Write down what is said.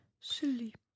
Sleep